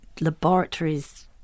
laboratories